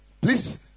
Please